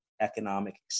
Economic